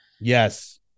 yes